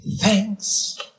thanks